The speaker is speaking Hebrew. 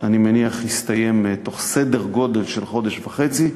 אני מניח, יסתיים תוך סדר גודל של חודש וחצי,